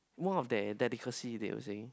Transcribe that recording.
one of their delicacy they were saying